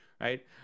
right